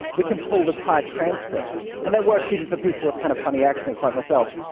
we can pull the entire transcript, and that works even for people with kind of funny accents like myself.